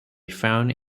found